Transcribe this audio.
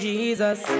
Jesus